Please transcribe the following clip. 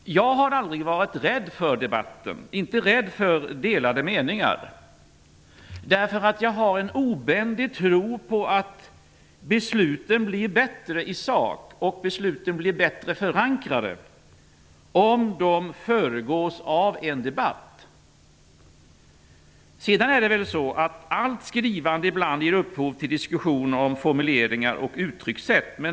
Jag har aldrig varit rädd för debatten eller för delade meningar. Jag har nämligen en obändig tro på att besluten blir bättre i sak och att de blir bättre förankrade om de föregås av en debatt. Sedan kan allt skrivande ibland ge upphov till diskussion om formuleringar och uttryckssätt.